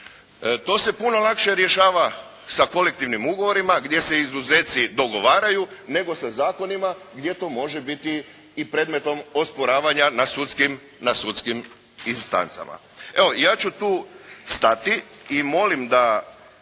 To se puno lakše rješava sa kolektivnim ugovorima gdje se izuzeci dogovaraju, nego sa zakonima gdje to može biti i predmetom osporavanja na sudskim instancama. Evo, ja ću stati i molim samo